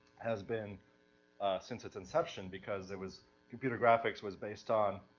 has been since its inception, because it was computer graphics was based on,